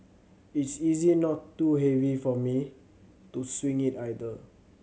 it's easy not too heavy for me to swing it either